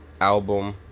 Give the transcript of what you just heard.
album